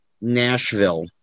Nashville